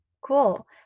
Cool